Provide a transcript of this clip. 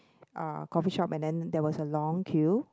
uh coffee shop and then there was a long queue